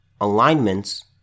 alignments